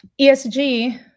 ESG